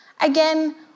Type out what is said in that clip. again